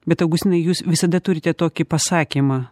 bet augustinai jūs visada turite tokį pasakymą